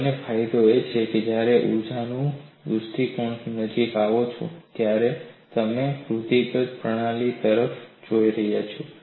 અને ફાયદો એ છે કે જ્યારે તમે ઊર્જાના દૃષ્ટિકોણથી નજીક આવો છો ત્યારે તમે રૂઢિગત પ્રણાલી તરફ જોઈ રહ્યા છો